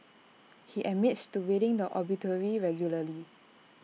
he admits to reading the obituary regularly